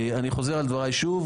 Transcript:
אני חוזר על דבריי שוב,